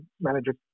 manager